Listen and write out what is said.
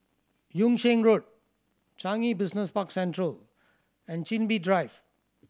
Yung Sheng Road Changi Business Park Central and Chin Bee Drive